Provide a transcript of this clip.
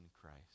Christ